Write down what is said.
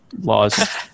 laws